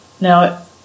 Now